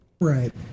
Right